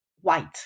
white